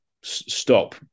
stop